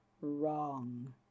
wrong